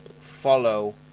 follow